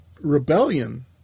rebellion